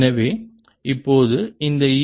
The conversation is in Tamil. எனவே இப்போது இந்த ஈ